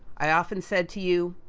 i often said to you,